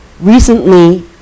Recently